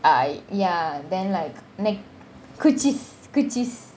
ah ya then like குச்சி குஷிஸ் :kuchi kuchis